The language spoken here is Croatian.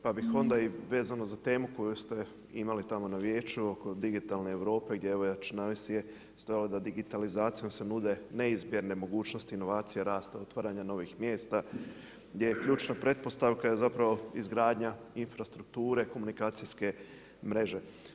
Pa bih onda i vezano za temu koju ste imali tamo na vijeću oko digitalne Europe gdje evo ja ću navesti je, stajalo da digitalizacijom se nude neizmjerne mogućnosti inovacija rasta, otvaranja novih mjesta gdje ključna pretpostavka je zapravo izgradnja infrastrukture komunikacijske mreže.